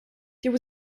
there